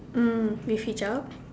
mm with hijab